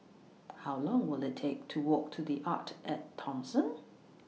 How Long Will IT Take to Walk to The Arte At Thomson